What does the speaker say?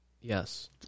yes